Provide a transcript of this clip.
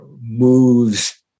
moves